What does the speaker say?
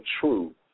true